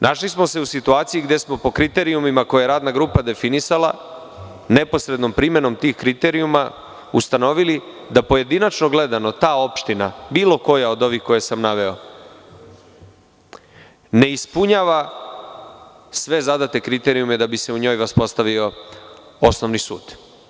Našli smo se u situaciji, gde smo po kriterijumima koje je radna grupa definisala neposrednom primenom tih kriterijuma ustanovili da pojedinačno gledano ta opština, bilo koja od ovih koje sam naveo, ne ispunjava sve zadate kriterijume da bi se u njoj uspostavio osnovni sud.